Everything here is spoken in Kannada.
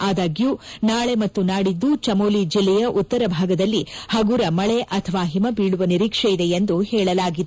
ಆದಾಗ್ಯೂ ನಾಳೆ ಮತ್ತು ನಾಡಿದ್ದು ಚಮೋಲಿ ಜಿಲ್ಲೆಯ ಉತ್ತರ ಭಾಗದಲ್ಲಿ ಹಗುರ ಮಳೆ ಅಥವಾ ಹಿಮ ಬೀಳುವ ನಿರೀಕ್ಷೆಯಿದೆ ಎಂದು ಹೇಳಲಾಗಿದೆ